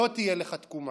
לא תהיה לך תקומה.